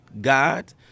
God